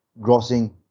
grossing